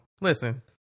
listen